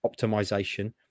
optimization